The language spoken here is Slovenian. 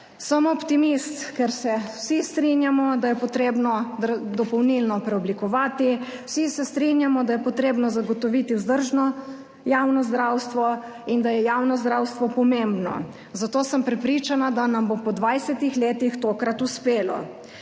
Sem optimist, ker se vsi strinjamo, da je treba preoblikovati dopolnilno [zavarovanje], vsi se strinjamo, da je treba zagotoviti vzdržno javno zdravstvo in da je javno zdravstvo pomembno, zato sem prepričana, da nam bo po 20 letih tokrat uspelo.